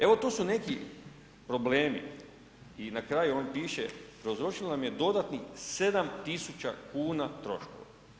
Evo to su neki problemi i na kraju on piše, prouzročila mi je dodatnih 7 tisuća kuna troškova.